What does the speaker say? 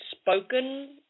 spoken